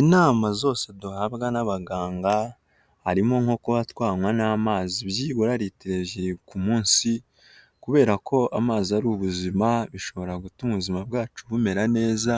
Inama zose duhabwa n'abaganga harimo nko kubatwanywa n'amazi byibura ritiro ebyiri ku munsi, kubera ko amazi ari ubuzima bishobora gutuma ubuzima bwacu bumera neza